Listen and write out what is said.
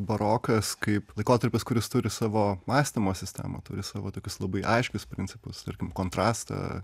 barokas kaip laikotarpis kuris turi savo mąstymo sistemą turi savo tokius labai aiškius principus tarkim kontrastą